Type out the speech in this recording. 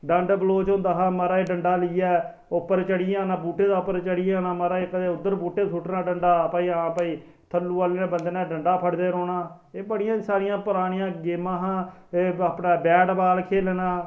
डंड बलोच होंदा हा महाराज डंडा लेइयै उप्पर चढी जाना बूहटे दे उप्पर चढ़ी जाना महाराज कदें उद्धर बूहटे सुट्टना डंडा कि भाई थल्लै आह्लें ने थल्लो डंडा फड़दे रौहना ते एह बडि़यां सारियां परानियां गेमां हियां ते अपने बेटबाल खेलना